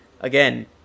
again